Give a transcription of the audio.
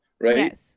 Right